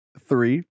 Three